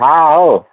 ହଁ ହଉ